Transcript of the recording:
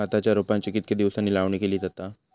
भाताच्या रोपांची कितके दिसांनी लावणी केली जाता?